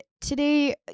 today